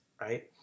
right